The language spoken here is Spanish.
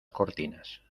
cortinas